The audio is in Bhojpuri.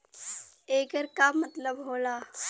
येकर का मतलब होला?